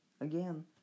again